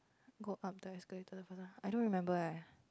go up the escalator first ah I don't remember eh